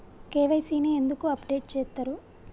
KYC ని ఎందుకు update చేత్తరు?